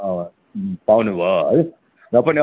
पाउनु भयो है र पनि